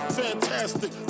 fantastic